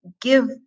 give